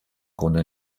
grunde